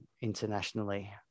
internationally